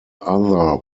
other